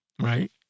right